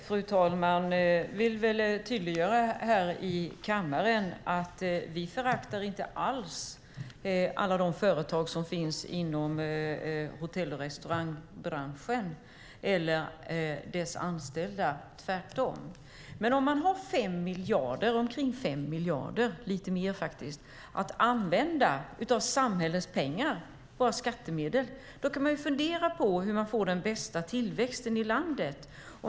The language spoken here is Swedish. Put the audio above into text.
Fru talman! Jag vill tydliggöra här i kammaren att vi inte alls föraktar alla de företag som finns inom hotell och restaurangbranschen eller deras anställda - tvärtom. Om man har omkring 5 miljarder, lite mer faktiskt, av samhällets skattemedel att använda kan man fundera på hur man får den bästa tillväxten i landet.